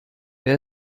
wer